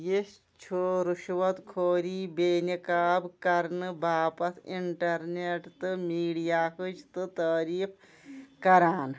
یہِ چھُ رُشوَت خوری بے نقاب کرنہٕ باپتھ انٹرنیٹ تہٕ میڈیاہٕچ تہٕ تٲریٖف کران